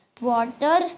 Water